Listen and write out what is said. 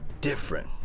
different